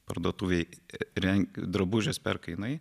parduotuvėj renk drabužius perka jinai